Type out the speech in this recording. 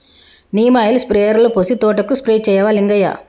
neem oil స్ప్రేయర్లో పోసి తోటకు స్ప్రే చేయవా లింగయ్య